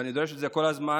ואני דורש את זה כל הזמן,